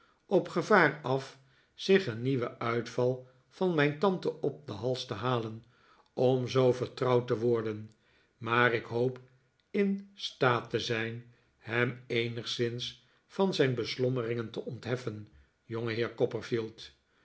op gevaar af zich een nieuwen uitval van mijn tante op den hals te halen om zoo vertrouwd te worden maar ik hoop in staat te zijn hem eenigszins van zijn beslommeringen te ontheffen